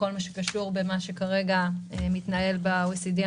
כל מה שקשור במה שכרגע מתנהל ב-OECD,